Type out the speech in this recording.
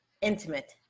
intimate